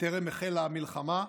החלה המלחמה.